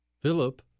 Philip